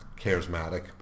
charismatic